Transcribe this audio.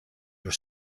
your